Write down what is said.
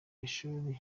ishuri